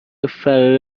فرار